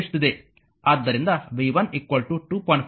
ಆದ್ದರಿಂದ v12